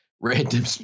Random